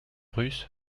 russe